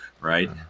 right